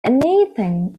anything